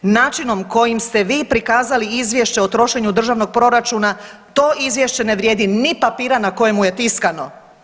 Načinom koji ste vi prikazali izvješće o trošenju državnog proračuna, to izvješće ne vrijedi ni papira na kojemu je tiskano.